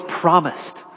promised